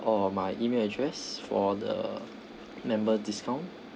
or my email address for the member discount